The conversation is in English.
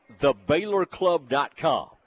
thebaylorclub.com